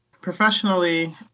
Professionally